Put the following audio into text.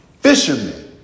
fishermen